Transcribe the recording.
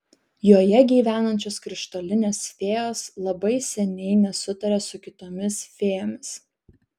joje gyvenančios krištolinės fėjos labai seniai nesutaria su kitomis fėjomis